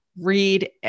read